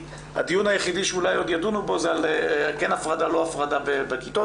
הדיון היחידי שאולי עוד ידונו בו זה כן הפרדה או לא הפרדה בכיתות,